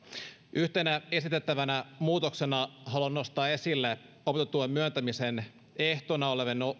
yhtenä esitettävänä muutoksena haluan nostaa esille opintotuen myöntämisen ehtona olevan